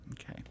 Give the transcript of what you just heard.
Okay